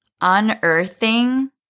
unearthing